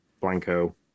Blanco